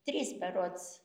trys berods